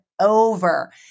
over